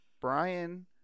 Brian